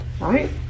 Right